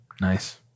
Nice